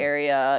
Area